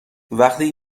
وقتی